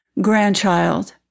grandchild